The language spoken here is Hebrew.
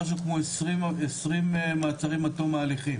משהו כמו 20 מעצרים עד תום ההליכים.